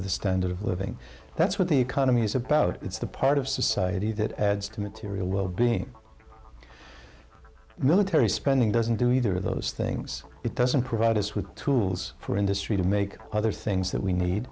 the standard of living that's what the economy is about it's the part of society that adds to material well being military spending doesn't do either of those things it doesn't provide us with tools for industry to make other things that we need